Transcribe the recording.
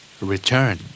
Return